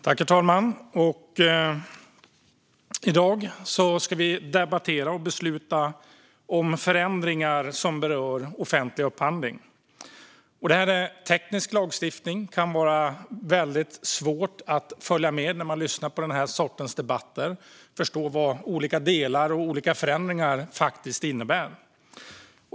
Herr talman! I dag ska vi debattera och besluta om förändringar som berör offentlig upphandling. Det här är teknisk lagstiftning, och när man lyssnar till debatter som denna kan det vara väldigt svårt att följa med och förstå vad olika delar och förändringar innebär.